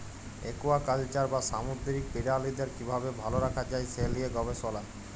aquaculture বা সামুদ্দিরিক পিরালিদের কিভাবে ভাল রাখা যায় সে লিয়ে গবেসলা